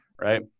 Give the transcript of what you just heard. right